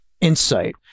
insight